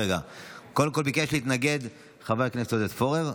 ביקש להתנגד חבר הכנסת עודד פורר,